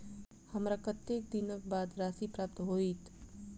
हमरा कत्तेक दिनक बाद राशि प्राप्त होइत?